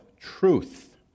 truth